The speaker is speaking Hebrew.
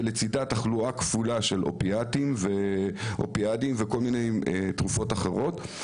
ולצידה תחלואה כפולה של אופיאטים וכל מיני תרופות אחרות.